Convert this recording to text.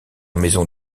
maison